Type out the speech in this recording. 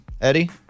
Eddie